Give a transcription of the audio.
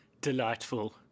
delightful